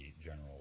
general